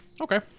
Okay